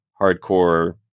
hardcore